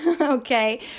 Okay